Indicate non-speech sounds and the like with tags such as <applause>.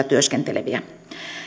<unintelligible> työskenteleviä